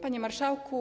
Panie Marszałku!